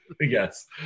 Yes